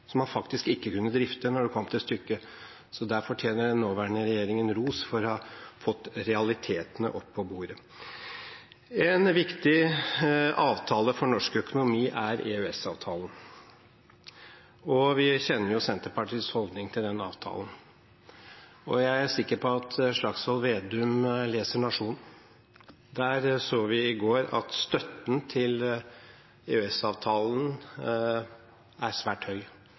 så fint heter – i regjering, var det faktisk en nedbygging av Forsvaret. Og ikke bare det: Det fantes et større problem, det var en skjønnmaling, man lot som man kunne drifte kapasiteter som man faktisk ikke kunne drifte når det kom til stykket. Der fortjener den nåværende regjeringen ros for å ha fått realitetene opp på bordet. EØS-avtalen er en viktig avtale for norsk økonomi, og vi kjenner Senterpartiets holdning til den avtalen. Jeg er